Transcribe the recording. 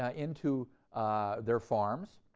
ah into their farms,